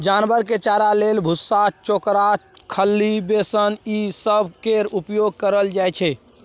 जानवर के चारा लेल भुस्सा, चोकर, खल्ली, बेसन ई सब केर उपयोग कएल जाइ छै